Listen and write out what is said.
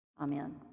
Amen